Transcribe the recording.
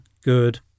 good